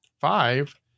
Five